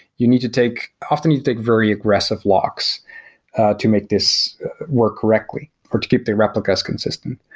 you need to take often, you take very aggressive locks to make this work correctly or to keep the replicas consistent.